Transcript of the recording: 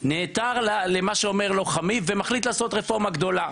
נעתר למה שאומר לו חמו ומחליט לעשות רפורמה גדולה,